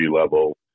level